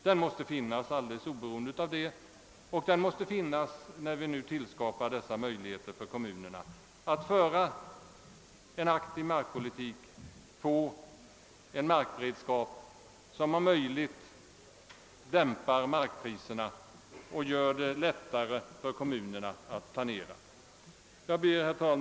Den måste finnas alldeles oberoende härav, och den måste finnas när vi nu tillskapar möjligheter att föra en aktiv markpolitik, en markberedskap som om möjligt dämpar markpriserna och gör det lättare för kommunerna att planera. Herr talman!